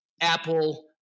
Apple